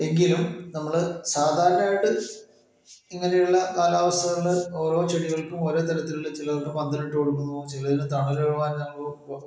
എങ്കിലും നമ്മള് സാധാരണയായിട്ട് ഇങ്ങനെയുള്ള കാലാവസ്ഥകളിൽ ഓരോ ചെടികൾക്കും ഓരോ തരത്തിലുള്ള ചിലർക്ക് പന്തലിട്ട് കൊടുക്കുന്നു ചിലതിന് തണൽ ഒഴി ഒ